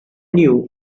knew